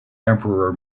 emperor